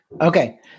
Okay